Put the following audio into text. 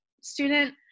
student